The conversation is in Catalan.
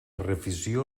revisió